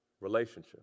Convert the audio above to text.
relationship